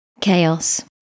chaos